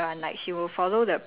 ya of course ah I mean like